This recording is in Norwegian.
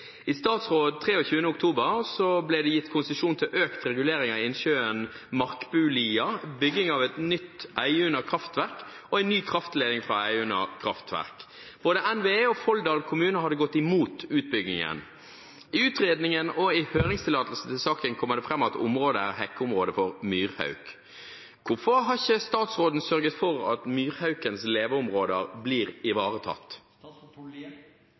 I statsråd 23. oktober ble det gitt konsesjon til økt regulering av innsjøen Markbulia, bygging av et nytt Einunna kraftverk og en ny kraftledning fra Einunna kraftverk. Både NVE og Folldal kommune hadde gått imot utbyggingen. I utredningene og høringsuttalelsene til saken kommer det fram at området er hekkeområde for myrhauk. Hvorfor har ikke statsråden sørget for at myrhaukens leveområde blir ivaretatt?»